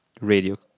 radio